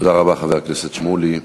תודה רבה, חבר הכנסת שמולי.